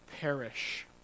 perish